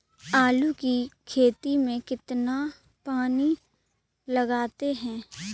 आलू की खेती में कितना पानी लगाते हैं?